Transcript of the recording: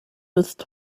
with